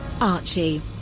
Archie